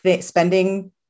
spending